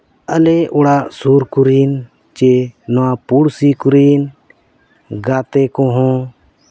ᱟᱞᱮ ᱚᱲᱟᱜ ᱥᱩᱨ ᱠᱚᱨᱮᱧ ᱪᱮ ᱱᱚᱣᱟ ᱯᱩᱲᱥᱤ ᱠᱚᱨᱤᱱ ᱜᱟᱛᱮ ᱠᱚᱦᱚᱸ